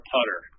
Putter